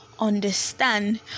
understand